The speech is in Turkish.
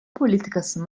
politikası